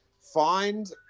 Find